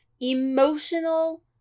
emotional